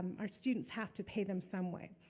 our students have to pay them somewhere.